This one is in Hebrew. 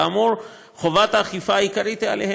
כאמור, חובת האכיפה העיקרית עליהם,